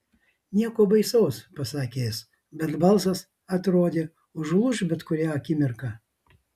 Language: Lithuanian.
nieko baisaus pasakė jis bet balsas atrodė užlūš bet kurią akimirką